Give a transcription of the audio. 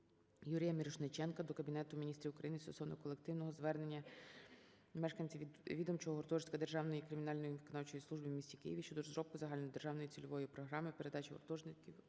Юрія Мірошниченка до Кабінету Міністрів України стосовно колективного звернення мешканців відомчого гуртожитку Державної кримінально-виконавчої служби у місті Києві щодо розробки Загальнодержавної цільової програми передачі гуртожитків